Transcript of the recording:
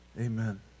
Amen